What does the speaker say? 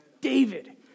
David